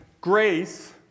grace